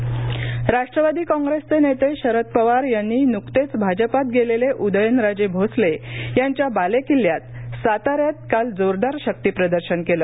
पवार राष्ट्रवादी कॉंग्रेसचे नेते शरद पवार यांनी नुकतेच भाजपात गेलेले उदयनराजे भोसले यांच्या बालेकिल्ल्यात साताऱ्यात काल जोरदार शक्तीप्रदर्शन केलं